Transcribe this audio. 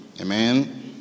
Amen